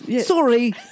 Sorry